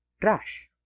trash